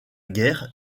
guerre